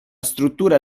struttura